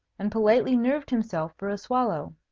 and politely nerved himself for a swallow.